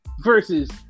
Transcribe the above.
versus